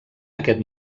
aquest